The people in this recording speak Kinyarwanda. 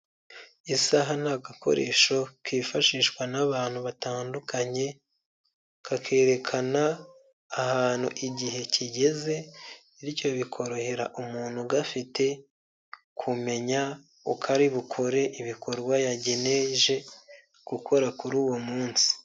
Isaha ni agakoresho kifashishwa n'abantu batandukanye kakerekana ahantu igihe kigeze bityo bikorohera umuntu ugafite kumenya uko ari bukore ibikorwa yageneje gukora kuri uwo munsi.